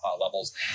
levels